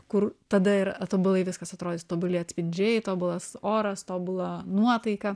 kur tada ir tobulai viskas atrodys tobuli atspindžiai tobulas oras tobula nuotaika